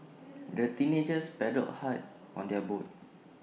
the teenagers paddled hard on their boat